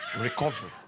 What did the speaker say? recovery